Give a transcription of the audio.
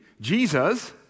Jesus